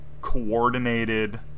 coordinated